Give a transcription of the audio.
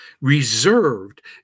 reserved